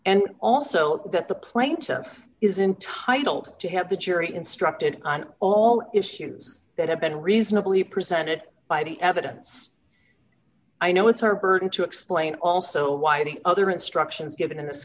and also that the plaintiff is entitled to have the jury instructed on all issues that have been reasonably presented by the evidence i know it's our burden to explain also why any other instructions given in this